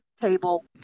table